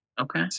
Okay